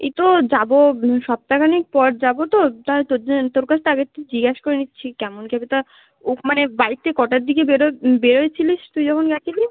এই তো যাবো সপ্তাখানেক পর যাবো তো তা তোর কাছ থেকে আগে থেকে জিজ্ঞেস করে নিচ্ছি কেমন জায়গাটা মানে বাড়ির থেকে কটার দিকে বের বেরোয়ছিলিস তুই যখন গেছিলি